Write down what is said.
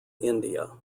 india